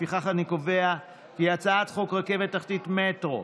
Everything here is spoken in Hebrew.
לפיכך אני קובע כי הצעת חוק רכבת תחתית (מטרו),